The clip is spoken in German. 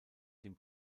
dem